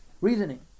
reasoning